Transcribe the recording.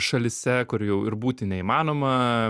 šalyse kur jau ir būti neįmanoma